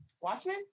Watchmen